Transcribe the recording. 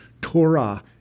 Torah